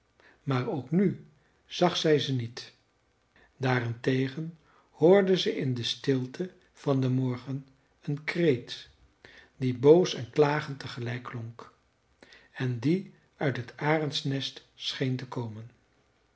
maar ook nu zag zij ze niet daarentegen hoorde ze in de stilte van den morgen een kreet die boos en klagend tegelijk klonk en die uit het arendsnest scheen te komen